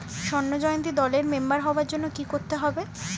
স্বর্ণ জয়ন্তী দলের মেম্বার হওয়ার জন্য কি করতে হবে?